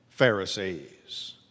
Pharisees